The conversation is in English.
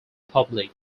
public